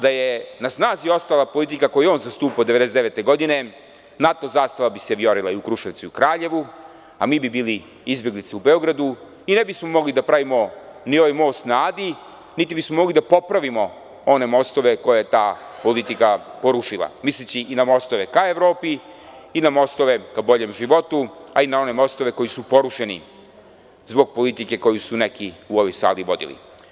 Da je na snazi ostala politika koju je on zastupao 1999. godine, NATO zastava bi se viorila i u Kruševcu i u Kraljevu, a mi bismo bili izbeglice u Beogradu i ne bismo mogli da pravimo ni ovaj most na Adi, niti bismo mogli da popravimo one mostove koje je ta politika porušila, misleći i na mostove ka Evropi i na mostove ka boljem životu, a i na one mostove koji su porušeni zbog politike koju su neki u ovoj sali vodili.